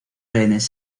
rehenes